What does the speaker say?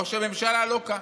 ראש הממשלה לא כאן.